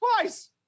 Twice